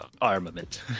armament